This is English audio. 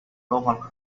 local